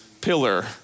pillar